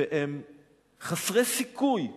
והם חסרי סיכוי,